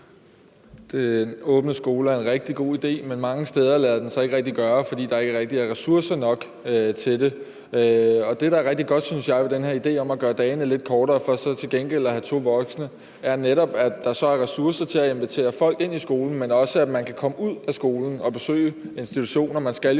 Den åbne skole er en rigtig god idé, men mange steder lader det sig ikke rigtig gøre, fordi der ikke er ressourcer nok til det. Og det, der er rigtig godt, synes jeg, ved den her idé om at gøre dagene lidt kortere for så til gengæld at have to voksne med, er netop, at der så er ressourcer til at invitere folk ind i skolen, men også til, at man kan komme ud af skolen og besøge institutioner.